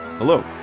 Hello